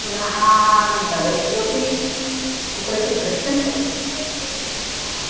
पुनः नगरेषु अपि कुत्रचित् दृश्यन्ते